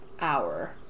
hour